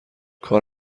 کار